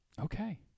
okay